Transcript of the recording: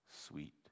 Sweet